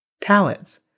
Talents